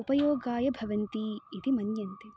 उपयोगाय भवन्ति इति मन्यन्ते